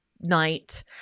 night